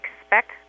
expect